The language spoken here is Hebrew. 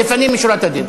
לפנים משורת הדין.